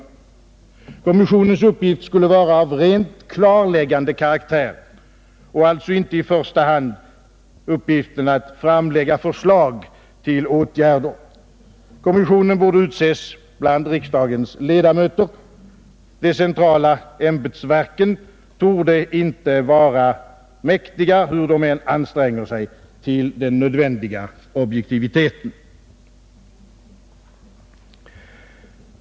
Kommissionens uppgift skulle vara av rent klarläggande karaktär och alltså inte i första hand gälla ett förslag till åtgärder. Kommissionen borde utses bland riksdagens ledamöter. De centrala ämbetsverken torde inte, hur de än anstränger sig, vara mäktiga den nödvändiga objektiviteten.